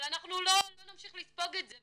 אבל אנחנו לא נמשיך לספוג את זה.